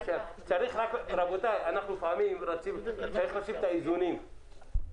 צריך לשים את האיזונים,